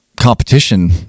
competition